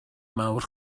mawr